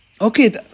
Okay